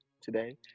today